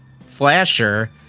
Flasher